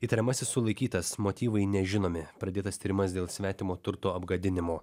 įtariamasis sulaikytas motyvai nežinomi pradėtas tyrimas dėl svetimo turto apgadinimo